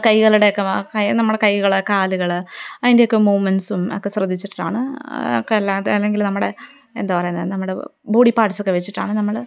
കൈകളുടെയൊക്കെ നമ്മുടെ കൈകള് കാലുകള് അയിന്റെയൊക്കെ മൂവ്മെന്സും ഒക്കെ ശ്രദ്ധിച്ചിട്ടാണ് ഒക്കെ അല്ലാതെ അല്ലെങ്കില് നമ്മുടെ എന്താണു പറയുന്നെ നമ്മുടെ ബോഡി പാർട്ട്സൊക്കെ വച്ചിട്ടാണ് നമ്മള്